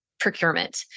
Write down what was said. procurement